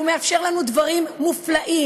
הוא מאפשר לנו דברים מופלאים,